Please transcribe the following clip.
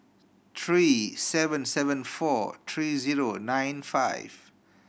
three seven seven four three zero nine five